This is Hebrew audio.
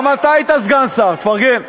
גם אתה היית סגן שר, תפרגן.